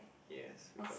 yes we got